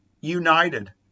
united